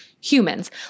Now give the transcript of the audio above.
humans